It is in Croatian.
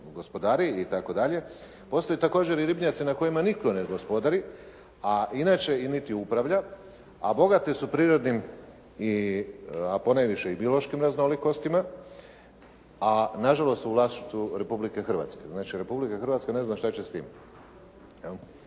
gospodari i tako dalje postoje također i ribnjaci na kojima nitko ne gospodari a inače, niti upravlja a bogate su prirodnim i, a ponajviše i biološkim raznolikostima, a nažalost u vlasništvu Republike Hrvatske. Znači Republika Hrvatska ne zna šta će s tim